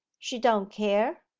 she don't care.